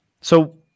So-